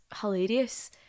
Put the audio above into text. hilarious